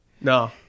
No